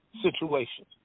situation